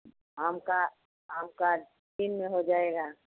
आम का आम का तीन में हो जाएगा